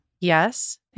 Yes